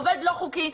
עובד לא חוקי,